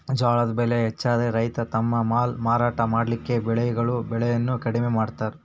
ಜ್ವಾಳದ್ ಬೆಳೆ ಹೆಚ್ಚಾದ್ರ ರೈತ ತಮ್ಮ ಮಾಲ್ ಮಾರಾಟ ಮಾಡಲಿಕ್ಕೆ ಬೆಳೆಗಳ ಬೆಲೆಯನ್ನು ಕಡಿಮೆ ಮಾಡತಾರ್